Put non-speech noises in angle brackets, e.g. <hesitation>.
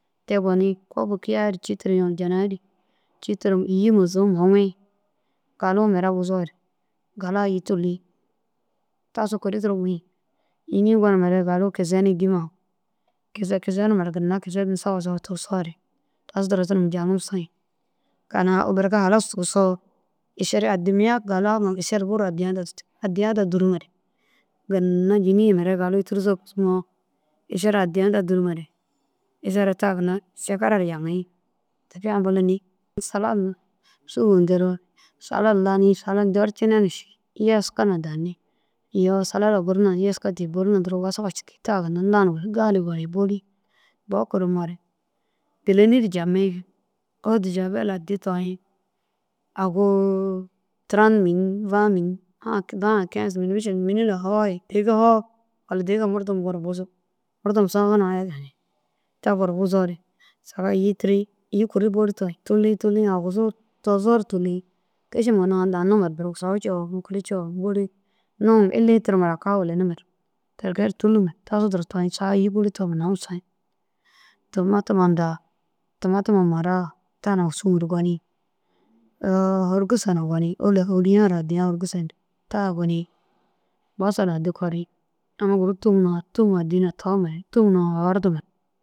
Te goni kobu kiyai ri cî tiriŋa janay di cî tirim îyima zuhum huŋii galuu mire buzoore. Galaa îyi tûllu, tasu kuri duro mû-i. Yînii gonimere galuu kizenii gima u kize kize numa ru ginna kizedin sawa sawa tigisoore tasu duro tunum jaŋum sowii. Kan <hesitation> berke halas tigisoo êšeda addimiyã galaa ŋa êšede buru addiyã bes addiyã daa dûruŋore ginna yînii ye mire galuu tûruza kisimoo. Êšeda addiyã daa dûrumere êšeda ta ginna šikara ru jaŋii, <unintelligible> salad sûguu nderoo salad ranii salad ñorcinne ni ši yeska na danni. Iyoo salad guru na yeska dîi, guri na duro wasaga duro cikii. Taa ginna lanumere gali goni bôli, bo kurumoore pêlelir jammii odijabel addii toyiĩ. Agu tiran mînit bee mînit ake ŋaã kens mînit mîšil mînita hoo ye dêgiga hoo walla dêgiga murdom goru buzug. Murdom saa hoo na aya danni te gor buzoo saga îyuũ tirii. Îyi kuri bôli dir tûllii tûllii aguzuu tuzoo ru tûllii kišima ginna lanimere duro busa u coo ini kuri coo bôli noŋum illii tirimere akaa welenimere ter kee ru tûlkum tasu duro toyiĩ saga îyi bôli toom naam sowii. Tumatuma ndaa tumatuma maraa ta na sûgu ru gonii yoo horgusa na gonii ôla ôliyã ara addiyaã « horgusa » indig ta gonii. Basala addi korii amma guru tuma tum addii na toomere tum noordin